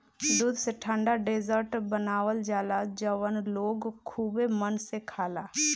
दूध से ठंडा डेजर्ट बनावल जाला जवन लोग खुबे मन से खाला